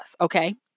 Okay